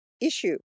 issue